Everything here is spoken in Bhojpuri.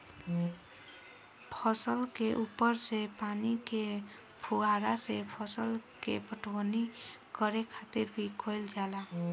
फसल के ऊपर से पानी के फुहारा से फसल के पटवनी करे खातिर भी कईल जाला